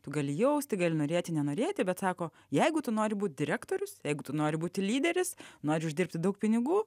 tu gali jausti gali norėti nenorėti bet sako jeigu tu nori būt direktorius eik tu nori būti lyderis nori uždirbti daug pinigų